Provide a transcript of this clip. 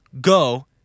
go